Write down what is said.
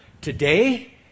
today